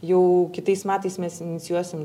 jau kitais metais mes inicijuosim